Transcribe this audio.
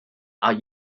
are